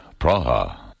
Praha